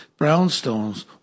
brownstones